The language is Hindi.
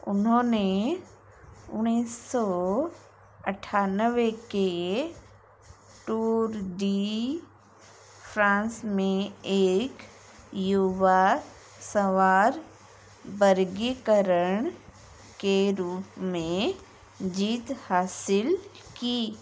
उन्होंने उन्नीस सौ अट्ठानवे के टूर डी फ्रांस में एक युवा सवार वर्गीकरण के रूप में जीत हासिल की